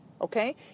Okay